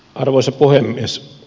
arvoisa puhemies